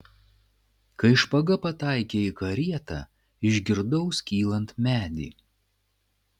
kai špaga pataikė į karietą išgirdau skylant medį